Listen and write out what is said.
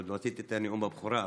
עוד לא עשיתי את נאום הבכורה,